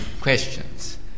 questions